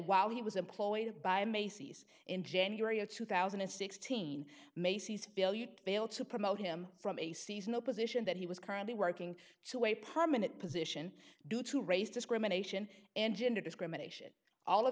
while he was employed by macy's in january of two thousand and sixteen macy's bail to promote him from a seasonal position that he was currently working to a permanent position due to race discrimination and gender discrimination all of